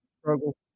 struggle